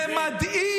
זה מדאיג, אתה צודק.